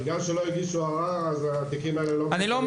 בגלל שלא הגישו ערר אז התיקים האלה לא מטופלים